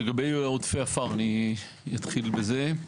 לגבי עודפי עפר, אני אתחיל בזה.